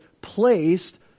placed